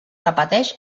repeteix